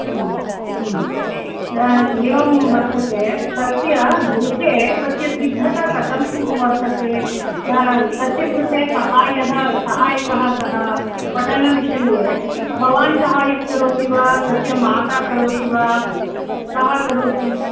एवं वर्तते तस्य गृहे तस्य सिद्धता कथं वर्तते तस्य कृते साहाय्यं सहायकः कः पठनविषये भवान् साहाय्यं करोति वा तस्य माता करोति वा कः करोति